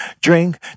drink